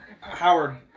Howard